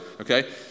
okay